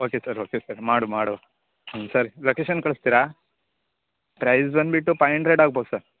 okay sir okay sir ಮಾಡ್ವ ಮಾಡುವ ಸರಿ ಲೊಕೇಶನ್ ಕಳಿಸ್ತೀರಾ ಪ್ರೈಸ್ ಬಂದುಬಿಟ್ಟು ಪೈ ಅಂಡ್ರೆಡ್ ಆಗ್ಬೋದು ಸರ್